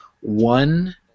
One